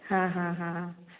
हां हां हां